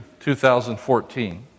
2014